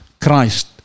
Christ